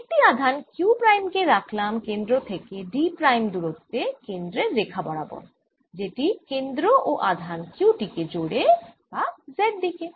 আরেকটি আধান q prime কে রাখলাম কেন্দ্র থেকে d প্রাইম দূরত্বে কেন্দ্রের রেখা বরাবরযেটি কেন্দ্র ও আধান q টি কে জোড়ে বা z দিকে